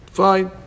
fine